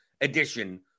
edition